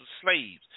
slaves